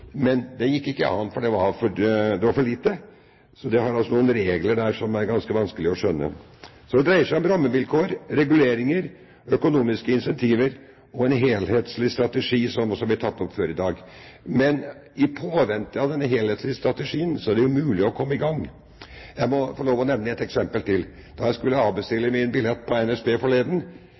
men det gikk ikke an fordi det var for lite. Så det er altså noen regler der som det er ganske vanskelig å skjønne. Så det dreier seg om rammevilkår, reguleringer, økonomiske incentiver og en helhetlig strategi, som også ble tatt opp før i dag. Men i påvente av den helhetlige strategien er det jo mulig å komme i gang. Jeg må få lov til å nevne et eksempel til. Da jeg skulle avbestille min billett på NSB forleden,